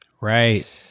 Right